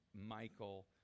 Michael